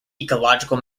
ecological